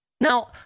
Now